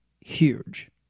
huge